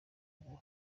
ngo